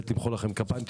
צריך באמת למחוא לכם כפיים.